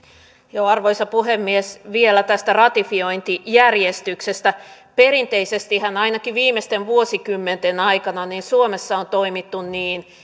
arvoisa puhemies vielä tästä ratifiointijärjestyksestä perinteisestihän ainakin viimeisten vuosikymmenten aikana suomessa on toimittu niin